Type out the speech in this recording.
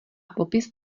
popis